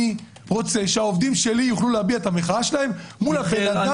אני רוצה שהעובדים שלי יוכלו להביע את המחאה שלהם מול האדם